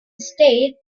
state